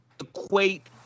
equate